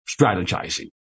strategizing